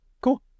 cool